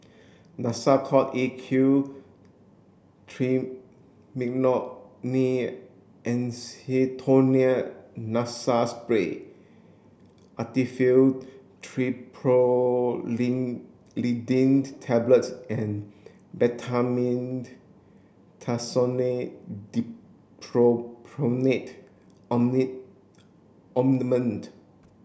Nasacort A Q Triamcinolone Acetonide Nasal Spray Actifed Tablets and Betamethasone Dipropionate Ointment